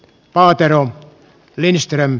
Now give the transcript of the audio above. antero lindström